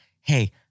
hey